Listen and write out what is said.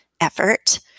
effort